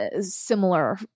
similar